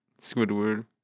Squidward